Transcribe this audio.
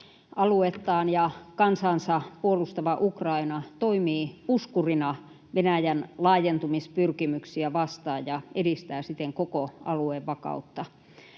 Aluettaan ja kansaansa puolustava Ukraina toimii puskurina Venäjän laajentumispyrkimyksiä vastaan ja edistää siten koko alueen vakautta.